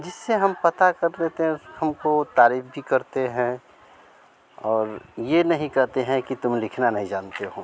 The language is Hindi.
जिससे हम पता कर देते हैं हमको तारीफ भी करते हैं और यह नहीं कहते हैं कि तुम लिखना नहीं जानते हो